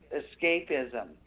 escapism